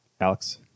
alex